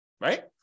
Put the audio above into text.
Right